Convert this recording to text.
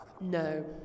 No